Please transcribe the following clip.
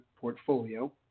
portfolio